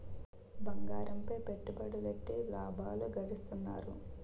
బంగారంపై పెట్టుబడులెట్టి లాభాలు గడిత్తన్నారు